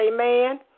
Amen